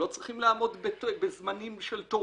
שלא צריכים לעמוד בזמנים של תורים,